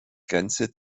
grenze